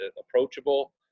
approachable